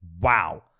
Wow